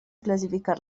clasificar